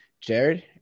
Jared